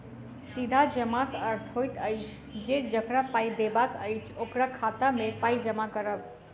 सीधा जमाक अर्थ होइत अछि जे जकरा पाइ देबाक अछि, ओकरा खाता मे पाइ जमा करब